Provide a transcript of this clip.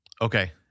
Okay